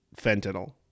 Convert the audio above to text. fentanyl